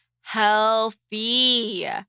healthy